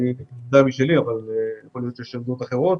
לי יש עמדה משלי אבל יכול להיות שיש עמדות אחרות.